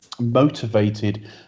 motivated